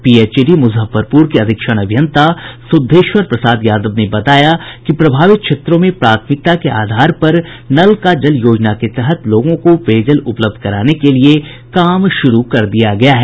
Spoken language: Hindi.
पीएचईडी मुजफ्फरपुर के अधीक्षण अभियंता सुद्धेश्वर प्रसाद यादव ने बताया कि प्रभावित क्षेत्रों में प्राथमिकता के साथ नल का जल योजना के तहत लोगों को पेयजल उपलब्ध कराने के लिए काम शुरू कर दिया गया है